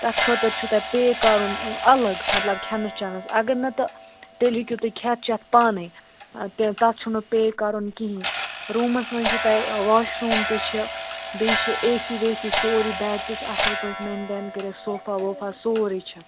تَتھ خٲطرٕ چھُو تۄہہِ پیٚے کَرُن اَلگ مطلب کھٮ۪نَس چٮ۪نَس اگر نتہٕ تیٚلہِ ہیٚکِو تُہۍ کھٮ۪تھ چَٮ۪تھ پانَے تَتھ چھُنہٕ پیٚے کَرُن کِہیٖنٛۍ روٗمَس منٛز چھُو تۄہہِ واش روٗم تہِ چھِ بیٚیہِ چھِ اے سی وے سی سورُے بیڈ تہِ چھِ اَصٕل پٲٹھۍ مینٹین کٔرِتھ صوفا ووفا سورُے چھِ